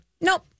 nope